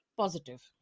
positive